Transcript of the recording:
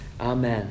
Amen